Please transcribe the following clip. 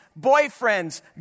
boyfriends